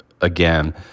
again